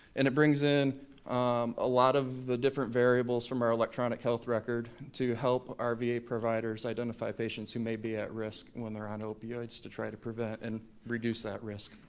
and it brings in a lot of the different variables from our electronic health record to help our va providers identify patients who may be at risk when they're on opioids to try to prevent and reduce that risk.